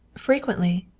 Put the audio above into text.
frequently.